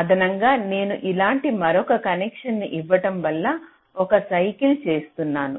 అదనంగా నేను ఇలాంటి మరొక కనెక్షన్ను ఇవ్వడం వల్ల ఒక సైకిల్ చేస్తున్నాను